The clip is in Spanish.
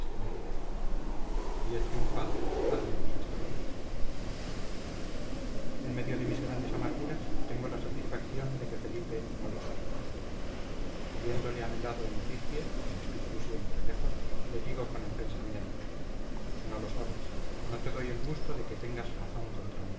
tener idea y he triunfado al menos hasta hoy en medio de mis grandes amarguras tengo la satisfacción de que felipe no lo sabe viéndole a mi lado en efigie en espíritu siempre lejos le digo con el pensamiento no lo sabes no te doy el gusto de que tengas razón contra mí